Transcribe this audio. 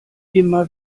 immer